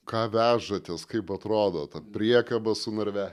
ką vežatės kaip atrodo ta priekaba su narve